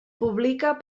publica